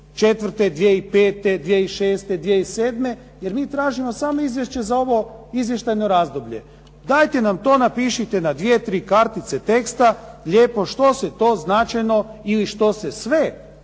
o tome što je bilo 2004., 2005., 2006., 2007., jer mi tražimo samo izvješće za ovo izvještajno razdoblje. Dajte nam to napišite na dvije, tri kartice teksta lijepo što se to značajno ili što se sve dogodilo